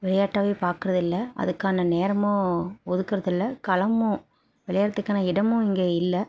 விளையாட்டாகவே பாக்கிறது இல்லை அதுக்கான நேரமும் ஒதுக்குறது இல்லை களமும் விளையாடுறதுக்கான இடமும் இங்கே இல்லை